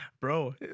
Bro